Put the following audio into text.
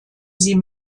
sie